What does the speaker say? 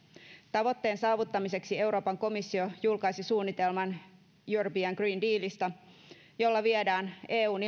tavoitteen saavuttamiseksi euroopan komissio julkaisi suunnitelman european green dealista jolla viedään eun